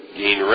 gain